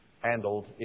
handled